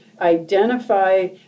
identify